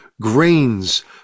grains